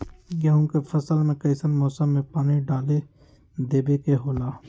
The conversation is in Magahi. गेहूं के फसल में कइसन मौसम में पानी डालें देबे के होला?